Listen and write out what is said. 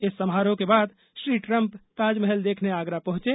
इस समारोह के बाद श्री ट्रम्प ताजमहल देखने आगरा पहुंचे